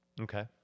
Okay